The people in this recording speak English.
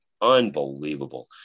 Unbelievable